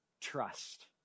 trust